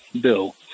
bill